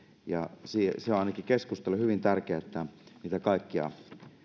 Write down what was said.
ja on ainakin keskustalle hyvin tärkeää että niitä kaikkia